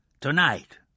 Tonight